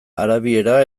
arabiera